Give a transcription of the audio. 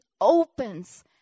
opens